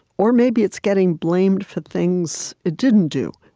or maybe it's getting blamed for things it didn't do.